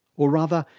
or rather,